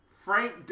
Frank